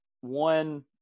one